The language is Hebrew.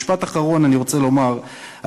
אני רוצה לומר משפט אחרון.